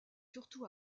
surtout